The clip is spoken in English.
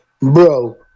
bro